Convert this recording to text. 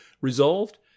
resolved